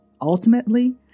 ultimately